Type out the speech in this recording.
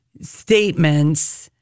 statements